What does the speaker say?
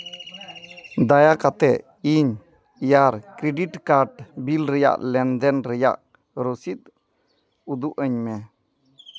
ᱫᱟᱭᱟ ᱠᱟᱛᱮ ᱤᱧ ᱤᱭᱟᱨ ᱠᱨᱮᱰᱤᱴ ᱠᱟᱨᱰ ᱵᱤᱞ ᱨᱮᱭᱟᱜ ᱞᱮᱱᱫᱮᱱ ᱨᱮᱭᱟᱜ ᱨᱚᱥᱤᱫ ᱩᱫᱩᱜ ᱟᱹᱧ ᱢᱮ